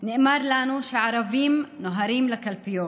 נאמר לנו שערבים נוהרים לקלפיות.